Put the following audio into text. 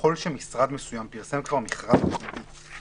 ככל שמשרד מסוים כבר פרסם מכרז לצורך